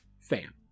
fan